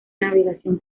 navegación